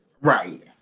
Right